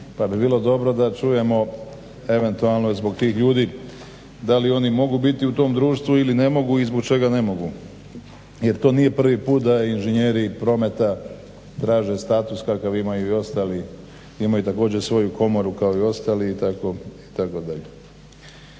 pa bi bilo dobro da čujemo eventualno zbog tih ljudi da li oni mogu biti u tom društvu ili ne mogu i zbog čega ne mogu jer to nije prvi put da inženjeri prometa traže status kakav imaju i ostali, imaju također svoju komoru kao i ostali itd. Kažem